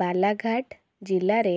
ବାଲାଘାଟ ଜିଲ୍ଲାରେ